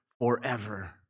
forever